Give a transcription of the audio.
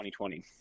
2020